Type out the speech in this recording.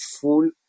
full